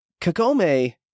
Kagome